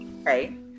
Right